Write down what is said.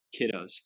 kiddos